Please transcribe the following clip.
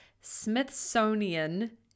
Smithsonian